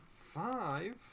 five